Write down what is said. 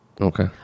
okay